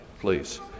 please